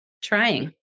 trying